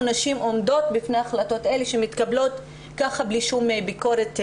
נשים עומדות בפני החלטות אלה שמתקבלות ככה בלי שום ביקורת מגדרית.